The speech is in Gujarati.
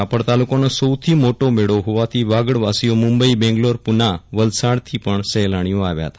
રાપર તાલુકામાં સૌથી મોટો મેળો હોવાથી વાગડવાસીઓ મુંબઈ બેંગ્લોર પુના વલસાડથી પણ સહેલાણીઓ આવ્યા હતા